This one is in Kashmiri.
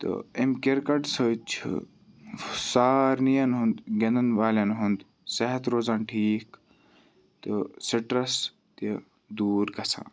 تہٕ اَمہِ کِرکَٹ سۭتۍ چھُ سارنِیَن ہُنٛد گِنٛدَن والٮ۪ن ہُنٛد صحت روزان ٹھیٖک تہٕ سٹرٛس تہِ دوٗر گژھان